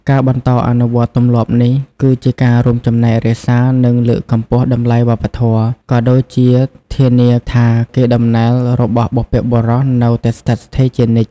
ការបន្តអនុវត្តន៍ទម្លាប់នេះ គឺជាការរួមចំណែករក្សា និងលើកកម្ពស់តម្លៃវប្បធម៌ ក៏ដូចជាធានាថាកេរដំណែលរបស់បុព្វបុរសនៅតែស្ថិតស្ថេរជានិច្ច។